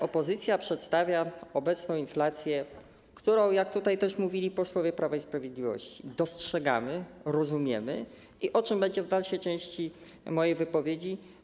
Opozycja przedstawia obecną inflację, którą - jak tutaj mówili też posłowie Prawa i Sprawiedliwości - dostrzegamy, rozumiemy, o czym będę mówił jeszcze w dalszej części mojej wypowiedzi.